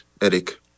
Eric